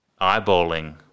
eyeballing